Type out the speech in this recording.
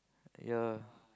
ya